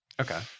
Okay